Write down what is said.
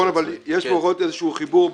נכון אבל יש פה עוד איזשהו חיבור.